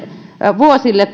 vuosille